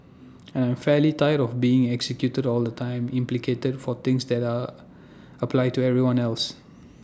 and I'm fairly tired of being executed all the time implicated for things that apply to everyone else